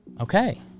Okay